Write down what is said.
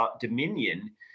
dominion